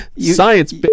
Science